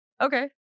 Okay